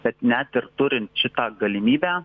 kad net ir turint šitą galimybę